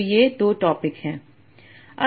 तो ये 2 टॉपिक हैं